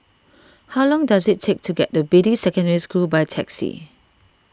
how long does it take to get to Beatty Secondary School by taxi